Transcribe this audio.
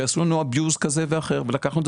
שיעשו לנו Abuse כזה או אחר; לקחנו את